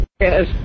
Yes